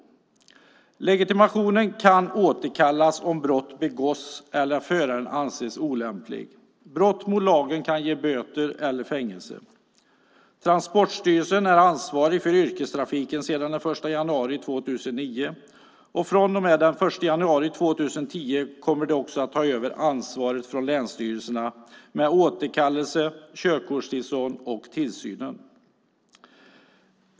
Legitimationen kan återkallas om brott begås eller föraren anses olämplig. Brott mot lagen kan ge böter eller fängelse. Transportstyrelsen är ansvarig för yrkestrafiken sedan den 1 januari 2009. Den 1 januari 2010 kommer den att ta över ansvaret från länsstyrelserna med återkallelse, körkortstillstånd och tillsyn.